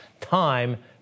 time